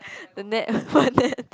the net one that